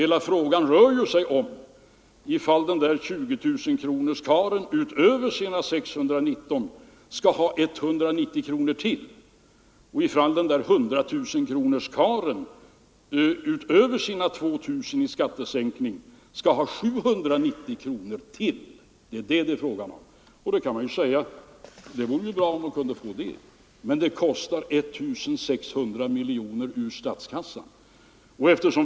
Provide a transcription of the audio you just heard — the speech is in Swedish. Hela frågan rör sig om ifall 20 000-kronorskarlen utöver sina 619 kronor skall ha 190 kronor till och 100 000-kronorskarlen utöver sina 2000 kronor i skattesänkning skall ha 790 kronor till. Det är det det är fråga om. Då kan man säga att det vore ju bra om de kunde få det - men det kostar 1600 miljoner ur statskassan.